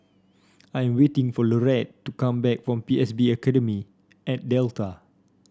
I'm waiting for Laurette to come back from P S B Academy at Delta